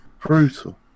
Brutal